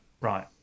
Right